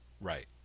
right